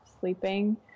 sleeping